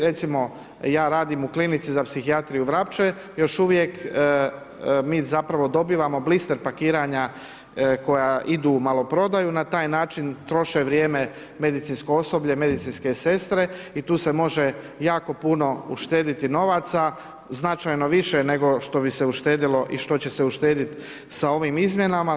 Recimo ja radim u Klinici za psihijatriju Vrapče, još uvijek mi zapravo dobivamo blister pakiranja koja idu u maloprodaju, na taj način troše vrijeme medicinsko osoblje, medicinske sestre i tu se može jako puno uštediti novaca, značajno više nego što bi se uštedjelo i što će se uštedjeti sa ovim izmjenama.